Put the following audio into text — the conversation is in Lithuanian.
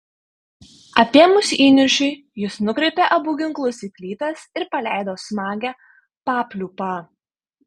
apėmus įniršiui jis nukreipė abu ginklus į plytas ir paleido smagią papliūpą